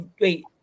wait